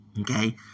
Okay